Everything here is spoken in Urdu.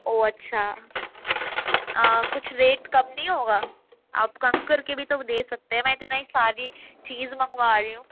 او اچھا کچھ ریٹ کم نہیں ہوگا آپ کم کر کے بھی تو دے سکتے ہیں میں اتنا ساری چیز منگوا رہی ہوں